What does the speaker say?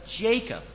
Jacob